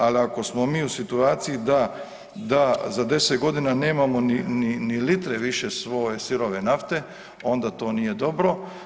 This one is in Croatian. Ali ako smo mi u situaciji da za 10 godina nemamo ni litre više svoje sirove nafte, onda to nije dobro.